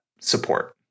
support